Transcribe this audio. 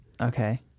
Okay